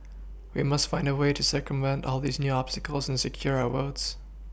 we must find a way to circumvent all these new obstacles and secure our votes